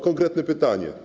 Konkretne pytanie.